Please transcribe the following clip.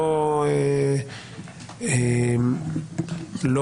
לא